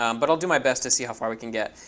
um but i'll do my best to see how far we can get.